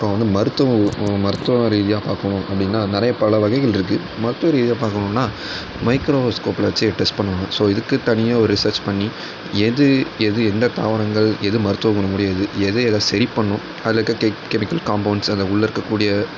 இப்போ வந்து மருத்துவ மருத்துவ ரீதியாக பார்க்கணும் அப்படினால் நிறைய பல வகைகள் இருக்குது மருத்துவ ரீதியாக பார்க்கணுன்னா மைக்ரோஸ்கோப்பில் வச்சு டெஸ்ட் பண்ணணும் ஸோ இதுக்கு தனியாக ஒரு ரிசர்ச் பண்ணி எது எது எந்த தாவரங்கள் எது மருத்துவ குணம் உடையது எது எதை சரி பண்ணும் அதுலக்கிற கெமிக்கல் காம்போனென்ட்ஸ் அது உள்ளே இருக்கக்கூடிய